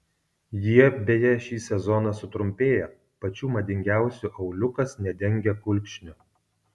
jie beje šį sezoną sutrumpėja pačių madingiausių auliukas nedengia kulkšnių